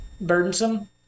burdensome